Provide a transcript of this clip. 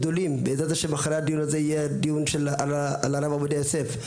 בעזרת השם אחרי הדיון הזה יהיה דיון על הרב עובדיה יוסף.